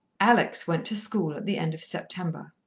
alex went to school at the end of september.